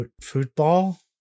Football